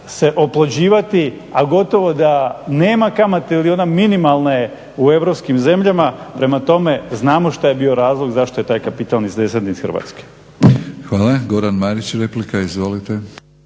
se oplođivati, ali gotovo da nema kamate i one minimalne u europskim zemljama, prema tome znamo što je bio razlog, zašto je taj kapital izvezen iz Hrvatske. **Batinić, Milorad (HNS)**